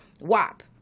wop